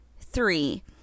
three